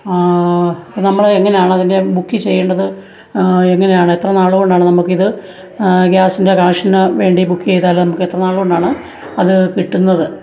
നമ്മള് എങ്ങനെയാണതിൻ്റെ ബുക്ക് ചെയ്യേണ്ടത് എങ്ങനെയാണ് എത്ര നാളുകൊണ്ടാണ് നമ്മള്ക്കിത് ഗ്യാസിൻ്റെ കണക്ഷന് വേണ്ടി ബുക്കെയ്താലാണ് നമ്മക്കെത്രനാള്കൊണ്ടാണ് അത് കിട്ടുന്നത്